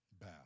bow